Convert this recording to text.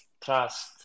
trust